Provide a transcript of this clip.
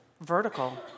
vertical